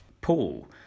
Paul